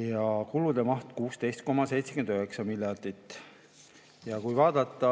ja kulude maht 16,79 miljardit. Ja kui vaadata